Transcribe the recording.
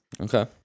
Okay